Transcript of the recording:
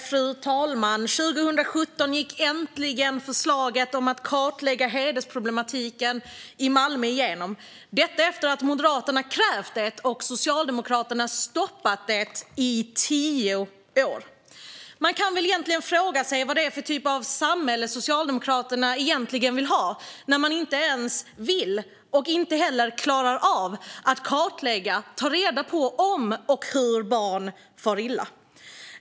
Fru talman! År 2017 gick äntligen förslaget om att kartlägga hedersproblematiken i Malmö igenom, detta efter att Moderaterna krävt det och Socialdemokraterna stoppat det i tio år. Man kan väl fråga sig vad det är för typ av samhälle Socialdemokraterna egentligen vill ha när man inte ens vill och inte heller klarar av att kartlägga och ta reda på om och hur barn far illa.